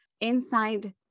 inside